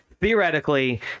Theoretically